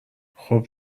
خوب